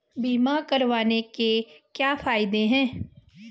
बीमा करवाने के क्या फायदे हैं?